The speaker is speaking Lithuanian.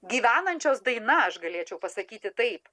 gyvenančios daina aš galėčiau pasakyti taip